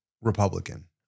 Republican